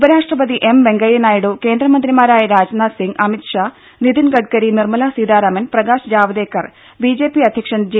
ഉപരാഷ്ട്രപതി വെങ്കയ്യ നായിഡു കേന്ദ്രമന്ത്രിമാരായ രാജ്നാഥ് സിംഗ് അമിത്ഷാ നിധിൻ ഗഡ്കരി നിർമ്മലാ സീതാരാമൻ പ്രകാശ് ജാവ്ദേക്കർ ബിജെപി അധ്യക്ഷൻ ജെ